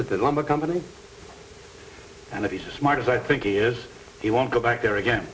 at the lumber company and if he's smart as i think he is he won't go back there again